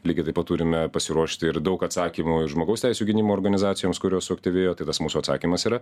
lygiai taip pat turime pasiruošti ir daug atsakymų į žmogaus teisių gynimo organizacijoms kurios suaktyvėjo tai tas mūsų atsakymas yra